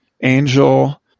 angel